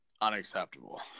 unacceptable